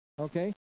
okay